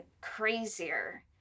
crazier